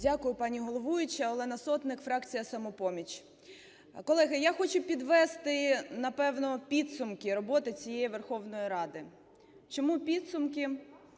Дякую, пані головуюча. Олена Сотник, фракція "Самопоміч". Колеги, я хочу підвести, напевно, підсумки роботи цієї Верховної Ради. Чому підсумки?